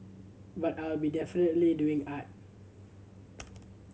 but I'll be definitely doing art